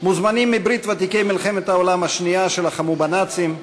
מוזמנים מברית ותיקי מלחמת העולם השנייה שלחמו בנאצים,